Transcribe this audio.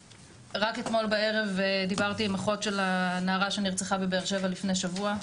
רק אתמול בערב דיברתי עם אחות של הנערה שנרצחה בבאר שבע לפני שבוע,